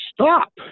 stop